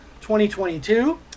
2022